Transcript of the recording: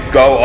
go